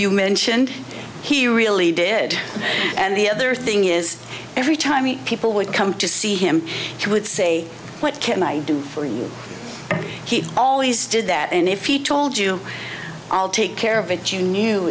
you mentioned he really did and the other thing is every time he people would come to see him he would say what can i do for you he always did that and if he told you i'll take care of it you knew